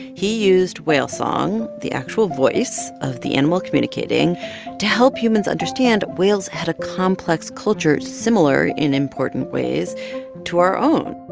he used whale song the actual voice of the animal communicating to help humans understand whales had a complex culture similar in important ways to our own.